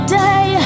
day